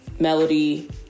melody